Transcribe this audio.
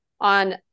on